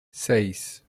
seis